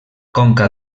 conca